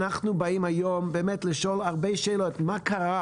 אנחנו באים היום באמת לשאול הרבה שאלות: מה קרה